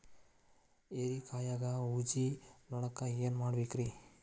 ಹೇರಿಕಾಯಾಗ ಊಜಿ ನೋಣಕ್ಕ ಏನ್ ಮಾಡಬೇಕ್ರೇ?